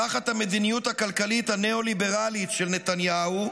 תחת המדיניות הכלכלית הנאו-ליברלית של נתניהו,